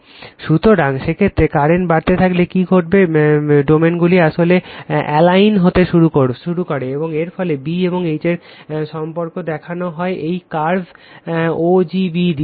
সুতরাং সেই ক্ষেত্রে কারেন্ট বাড়াতে থাকলে কী ঘটবে ডোমেইনগুলি আসলে অ্যালাইন হতে শুরু করে এবং এর ফলে B এবং H এর মধ্যে সম্পর্ক দেখানো হয় এই কার্ভ o g b দিয়ে